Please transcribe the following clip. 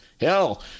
Hell